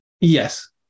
Yes